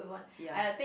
ya